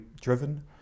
driven